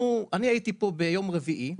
הייתי פה ביום רביעי,